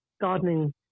gardening